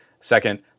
second